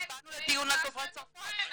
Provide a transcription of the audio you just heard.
אבל באנו לדיון על דוברי צרפתית.